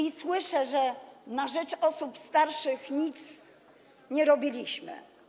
I słyszę, że na rzecz osób starszych nic nie robiliśmy.